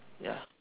ya